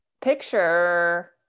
picture